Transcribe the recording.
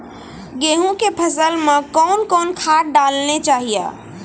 गेहूँ के फसल मे कौन कौन खाद डालने चाहिए?